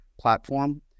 platform